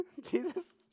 Jesus